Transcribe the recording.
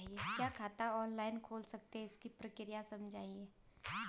क्या खाता ऑनलाइन खोल सकते हैं इसकी प्रक्रिया समझाइए?